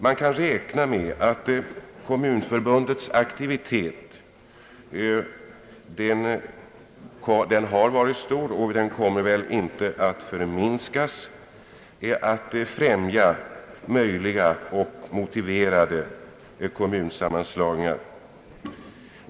Man kan räkna med att Kommunförbundet, vars aktivitet har varit stor och säkerligen inte kommer att förminskas, effektivt skall främja möjliga och motiverade kommunsammanslagningar.